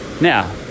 Now